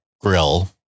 grill